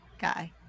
guy